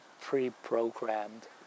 pre-programmed